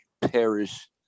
perish